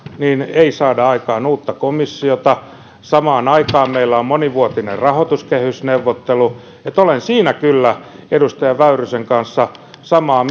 ei saada aikaan uutta komissiota samaan aikaan meillä on monivuotinen rahoituskehysneuvottelu olen siinä kyllä edustaja väyrysen kanssa samaa